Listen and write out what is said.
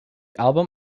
album